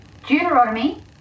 Deuteronomy